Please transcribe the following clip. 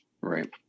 right